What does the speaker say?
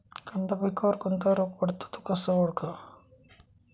कांदा पिकावर कोणता रोग पडतो? तो कसा ओळखावा?